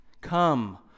Come